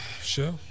Sure